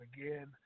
again